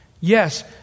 Yes